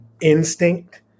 instinct